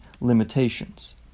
limitations